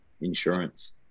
insurance